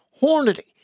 Hornady